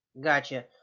Gotcha